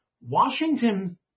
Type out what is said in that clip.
Washington